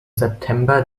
september